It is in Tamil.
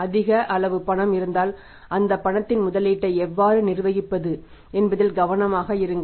அதிக அளவு பணம் இருந்தால் அந்த பணத்தின் முதலீட்டை எவ்வாறு நிர்வகிப்பது என்பதில் கவனமாக இருங்கள்